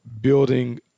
building